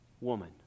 woman